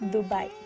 Dubai